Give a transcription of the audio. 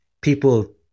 people